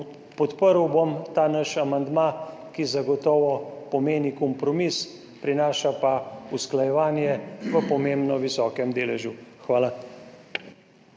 Podprl bom ta naš amandma, ki zagotovo pomeni kompromis, prinaša pa usklajevanje v pomembno visokem deležu. Hvala.